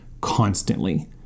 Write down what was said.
constantly